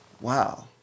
wow